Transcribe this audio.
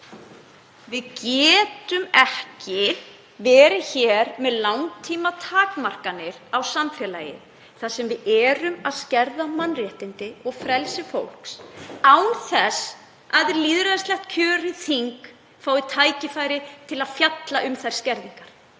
Við getum ekki verið hér með langtímatakmarkanir á samfélagi þar sem við skerðum mannréttindi og frelsi fólks án þess að lýðræðislega kjörið þing fái tækifæri til að fjalla um þær skerðingar.